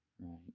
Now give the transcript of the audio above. right